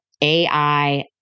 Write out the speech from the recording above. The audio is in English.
AI